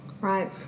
Right